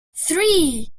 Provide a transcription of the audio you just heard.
three